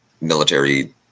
military